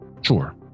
sure